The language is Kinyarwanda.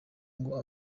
ngo